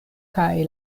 kaj